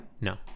No